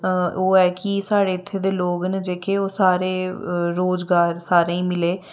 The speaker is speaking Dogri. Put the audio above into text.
ओह् ऐ कि साढ़े इत्थें दे लोक न जेह्के ओह् सारे रोजगार सारें ई मिले